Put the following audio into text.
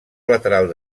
lateral